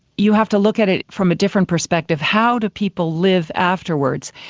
you have to look at it from a different perspective. how do people live afterwards?